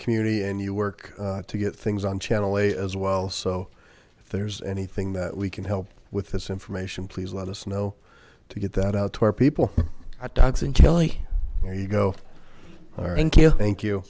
community and you were to get things on channel a as well so if there's anything that we can help with this information please let us know to get that out to our people hot dogs and jelly there you go thank you